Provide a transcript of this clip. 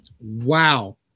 Wow